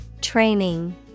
Training